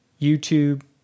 youtube